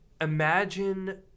imagine